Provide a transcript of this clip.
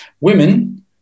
women